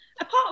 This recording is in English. apart